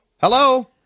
Hello